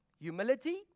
Humility